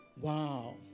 Wow